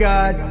God